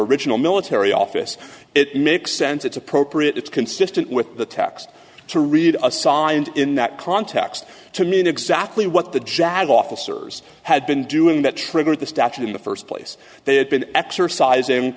original military office it makes sense it's appropriate it's consistent with the text to read assigned in that context to mean exactly what the jag officers had been doing that triggered the statute in the first place they have been exercising